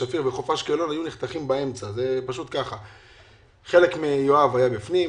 שפיר וחוף אשקלון היו נחתכים באמצע חלק מיואב היה בפנים,